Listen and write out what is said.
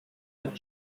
leur